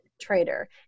trader